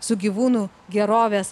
su gyvūnų gerovės